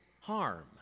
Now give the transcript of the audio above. harm